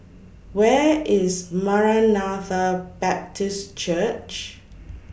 Where IS Maranatha Baptist Church